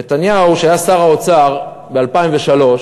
נתניהו, כשהיה שר האוצר ב-2003,